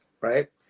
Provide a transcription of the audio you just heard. right